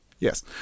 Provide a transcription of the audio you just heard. Yes